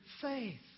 faith